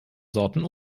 sorten